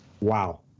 wow